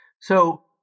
So-